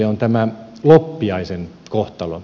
se on tämä loppiaisen kohtalo